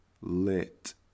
lit